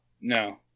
No